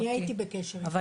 אני הייתי בקשר איתו.